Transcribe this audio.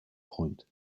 point